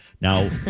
Now